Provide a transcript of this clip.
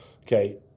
Okay